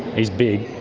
he's big,